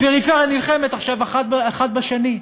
הפריפריה נלחמת עכשיו אחד בשני,